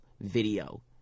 video